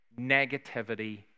Negativity